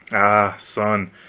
ah, son,